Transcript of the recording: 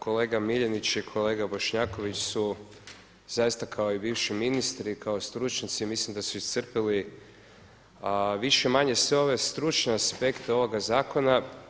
Kolega Miljenić i kolega Bošnjaković su zaista kao i bivši ministri, kao stručnjaci mislim da su iscrpili više-manje sve ove stručne aspekte ovoga zakona.